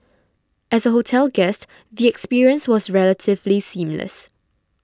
as a hotel guest the experience was relatively seamless